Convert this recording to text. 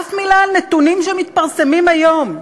אף מילה על נתונים שמתפרסמים היום,